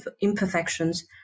imperfections